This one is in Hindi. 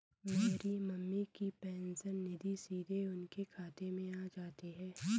मेरी मम्मी की पेंशन निधि सीधे उनके खाते में आ जाती है